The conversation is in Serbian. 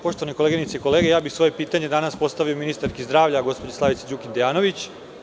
Poštovane koleginice i kolege, ja bih svoje pitanje danas postavio ministarki zdravlja, gospođi Slavici Đukić Dejanović.